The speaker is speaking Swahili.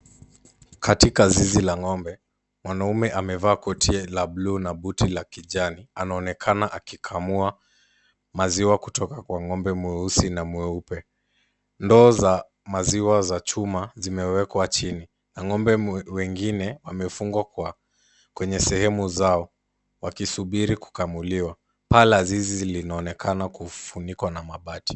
Katika zizi la ng'ombe mwanaume amevaa koti la blue na buti la kijani. Anaonekana akikamua maziwa kutoka kwa ng'ombe mweusi na mweupe. Ndoo za maziwa za chuma zimewekwa chini na ng'ombe wengine wamefungwa kwenye sehemu zao wakisubiri kukamuliwa. Paa la zizi linaonekana kufunikwa na mabati.